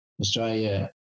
Australia